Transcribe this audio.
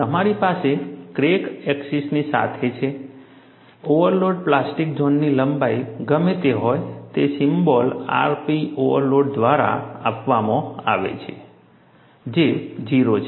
તમારી પાસે ક્રેક એક્સિસની સાથે છે ઓવરલોડ પ્લાસ્ટિક ઝોનની લંબાઈ ગમે તે હોય તે સિમ્બોલ rp ઓવરલોડ દ્વારા આપવામાં આવે છે જે 0 છે